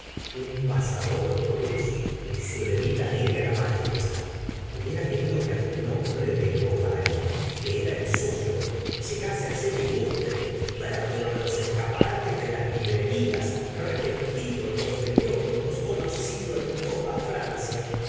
un pasador cruz en su levita negra mal hecha hubiera querido que aquel nombre de bovary que era el suyo llegase ser ilustre verlo en los escaparates de las librerías repetido en los periódicos conocido en toda francia